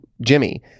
Jimmy